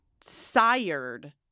sired